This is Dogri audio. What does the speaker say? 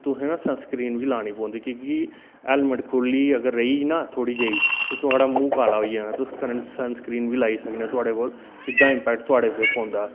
ते तुसें गी ना सनस्क्रीन बी लानी पौंदी क्योंकि हेलमेट खुल्ली अगर रेही गेई ना थोह्ड़ी जेई ते थुआढ़ा मुंह काला होई जाना तुस सनस्क्रीन बी लाई सकने आं थुआढ़े कोल सिद्धा इम्पैक्ट थुआड़े उप्पर पौंदा